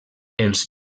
els